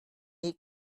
need